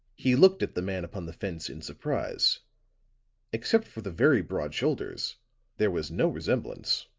he looked at the man upon the fence in surprise except for the very broad shoulders there was no resemblance.